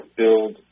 build